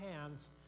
hands